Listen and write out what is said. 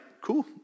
cool